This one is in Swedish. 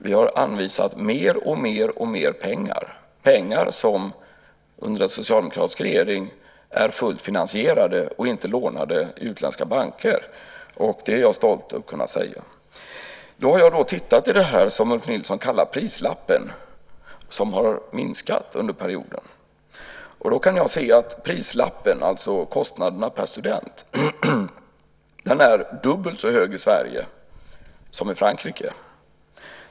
Vi har under den socialdemokratiska regeringens tid anvisat mer och mer pengar, pengar som är fullt finansierade och inte lånade i utländska banker. Det är jag stolt över att kunna säga. Jag har tittat på det som Ulf Nilsson kallar prislappen, som har minskat under perioden. Prislappen, alltså kostnaderna per student, är dubbelt så hög i Sverige som i Frankrike.